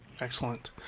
excellent